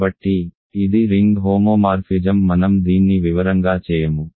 కాబట్టి ఇది ring homomorphism మనం దీన్ని వివరంగా చేయము